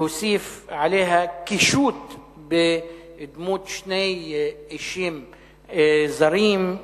ולא להוסיף עליה קישוט בדמות שני אישים זרים,